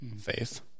faith